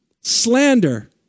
slander